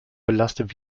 belastet